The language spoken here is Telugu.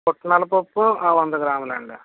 పుట్నాల పప్పు వంద గ్రాములండి